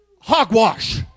hogwash